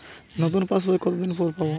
নতুন passbook কত দিন পরে পাবো?